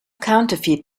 counterfeit